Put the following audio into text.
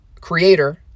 creator